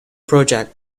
project